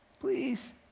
Please